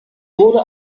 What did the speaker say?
wurde